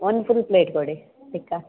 ಒಂದು full plate ಕೊಡಿ ಟಿಕ್ಕಾ